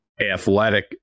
athletic